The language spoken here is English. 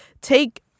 take